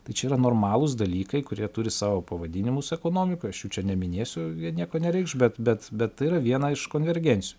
tai čia yra normalūs dalykai kurie turi savo pavadinimus ekonomikoj aš jų čia neminėsiu nieko nereikš bet bet bet tai yra viena iš konvergencijų